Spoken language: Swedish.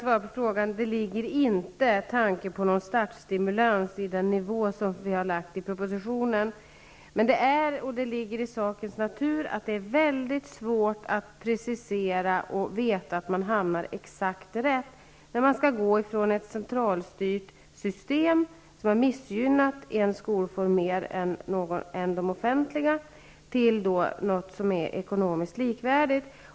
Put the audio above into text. Fru talman! Det finns inte någon tanke på startstimulans med den nivå som vi har föreslagit i propositionen när det gäller bidrag till fristående skolor. Det ligger emellertid i saken natur att det är väldigt svårt att precisera verkan och samtidigt veta att man hamnar exakt rätt när man går från ett centralstyrt system, som har missgynnat en annan skolform mer än den offentliga skolformen, till något ekonomiskt likvärdigt.